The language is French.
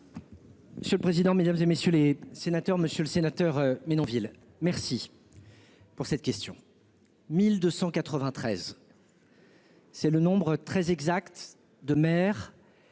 Monsieur le président, Mesdames, et messieurs les sénateurs, Monsieur le Sénateur. Ville merci. Pour cette question. 1293. C'est le nombre très exact de mer.